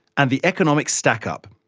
and the economics stack up.